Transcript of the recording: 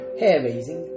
hair-raising